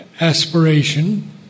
aspiration